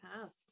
past